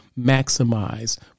maximize